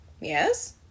Yes